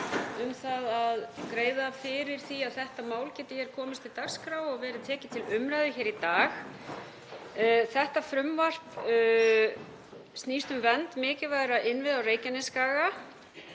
um að greiða fyrir því að þetta mál geti komist á dagskrá og verði tekið til umræðu í dag. Þetta frumvarp snýst um vernd mikilvægra innviða á Reykjanesskaga